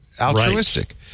altruistic